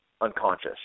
unconscious